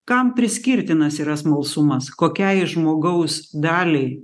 kam priskirtinas yra smalsumas kokiai žmogaus daliai